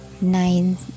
nine